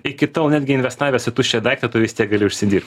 iki tol netgi investavęs į tuščią daiktą tu vis tiek gali užsidirbt